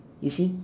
you see